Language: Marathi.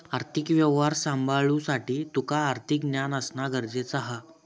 आर्थिक व्यवहार सांभाळुसाठी तुका आर्थिक ज्ञान असणा गरजेचा हा